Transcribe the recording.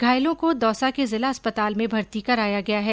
घायलों को दौसा के जिला अस्पताल में भर्ती कराया गया है